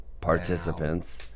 participants